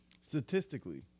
Statistically